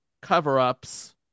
cover-ups